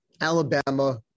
Alabama